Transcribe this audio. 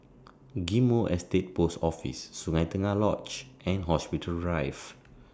Ghim Moh Estate Post Office Sungei Tengah Lodge and Hospital Drive